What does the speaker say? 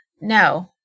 No